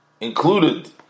included